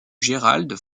gerald